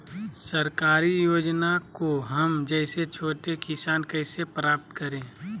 सरकारी योजना को हम जैसे छोटे किसान कैसे प्राप्त करें?